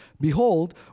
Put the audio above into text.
Behold